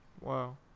Wow